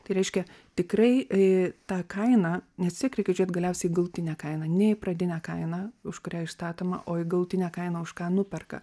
tai reiškia tikrai ta kaina nes vis tiek reikia žiūrėt galiausiai galutinę kainą ne į pradinę kainą už kurią išstatoma o į galutinę kainą už ką nuperka